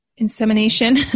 Insemination